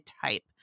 type